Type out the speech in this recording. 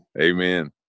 Amen